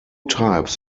types